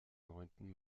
neunten